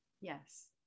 Yes